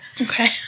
Okay